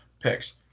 picks